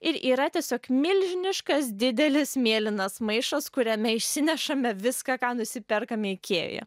ir yra tiesiog milžiniškas didelis mėlynas maišas kuriame išsinešame viską ką nusiperkame ikėjoje